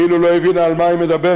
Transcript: כאילו לא הבינה על מה היא מדברת,